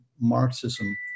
Marxism